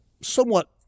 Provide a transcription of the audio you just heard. somewhat